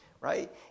right